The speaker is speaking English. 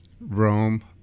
Rome